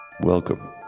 Welcome